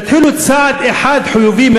תתחילו צעד אחד חיובי,